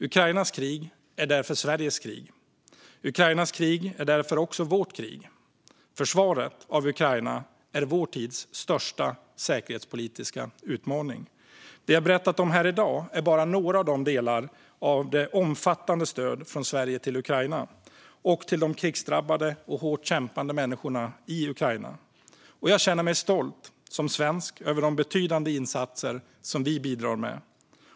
Ukrainas krig är därför också Sveriges krig. Försvaret av Ukraina är vår tids största säkerhetspolitiska utmaning. Det jag berättat om här i dag är bara några av delarna i det omfattande stödet från Sverige till Ukraina och till de krigsdrabbade och hårt kämpande människorna i Ukraina. Jag känner mig som svensk stolt över de betydande insatser vi bidrar med.